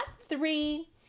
three